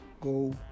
go